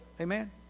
Amen